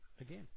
again